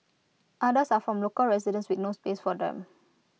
others are from local residents with no space for them